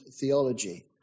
theology